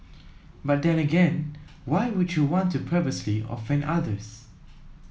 but then again why would you want to purposely offend others